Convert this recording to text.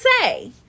say